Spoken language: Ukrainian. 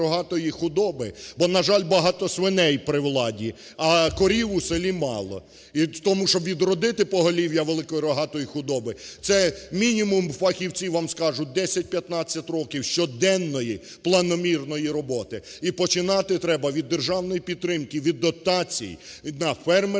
бо, на жаль, багато свиней при владі, а корів у селі мало. І тому, щоб відродити поголів'я великої рогатої худоби це, мінімум, фахівці вам скажуть, 10-15 років щоденної планомірної роботи і починати треба від державної підтримки, від дотацій на фермерські